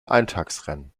eintagesrennen